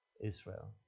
Israel